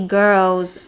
girls